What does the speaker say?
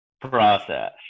process